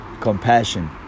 compassion